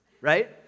right